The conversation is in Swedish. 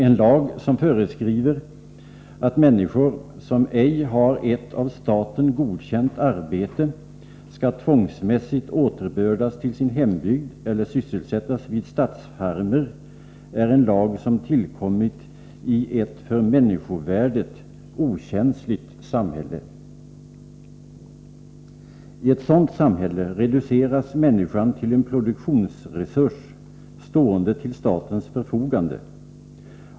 En lag som föreskriver att människor, som ej har ett av staten godkänt arbete, skall tvångsmässigt återbördas till sin hembygd eller sysselsättas vid statsfarmer, är en lag som tillkommit i ett för människovärdet okänsligt samhälle. I ett sådant samhälle reduceras människan till en produktionsresurs stående till statens förfogande.